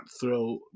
throw